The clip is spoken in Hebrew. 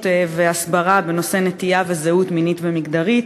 והסברה בנושא נטייה וזהות מינית ומגדרית.